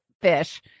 fish